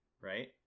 right